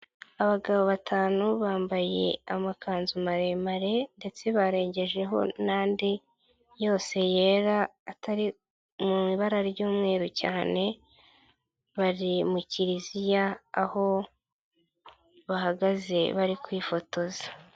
Abagabo batanu bambaye amakanzu maremare ndetse barengejeho n'andi yose yera atari mu ibara ry'umweru cyane, bari mu kiliziya aho bahagaze bari kwifotoza.